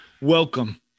Welcome